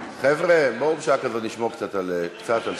חבר'ה, בואו בשעה כזאת נשמור קצת על שקט.